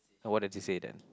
oh what does it say then